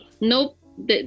nope